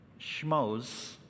schmoes